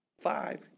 Five